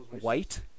white